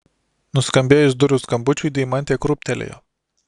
nuskambėjus durų skambučiui deimantė krūptelėjo